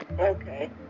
okay